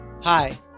Hi